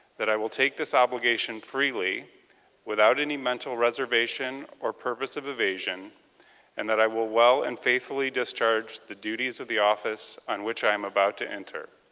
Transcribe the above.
that i will take this obligation freely without any mental reservation or purpose of evasion and that i will well and faithfully discharge the duties of the office of which i'm about to enter,